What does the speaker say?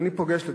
כשאני פוגש,